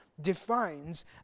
defines